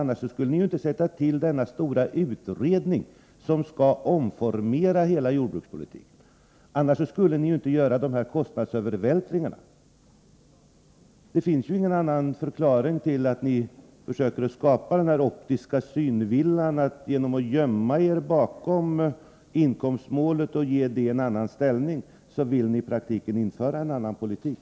Annars skulle ni ju inte tillsätta denna stora utredning, som skall omforma hela jordbrukspolitiken. Annars skulle ni ju inte göra dessa kostnadsövervältringar. Det finns ingen annan förklaring till att ni försöker skapa den optiska synvilla som döljer att ni genom att gömma er bakom inkomstmålet och ge det en annan ställning i praktiken vill införa en annan politik.